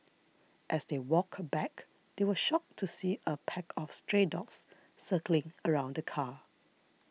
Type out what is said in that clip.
as they walked back they were shocked to see a pack of stray dogs circling around the car